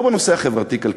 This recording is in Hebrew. לא בנושא החברתי-כלכלי,